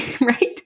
Right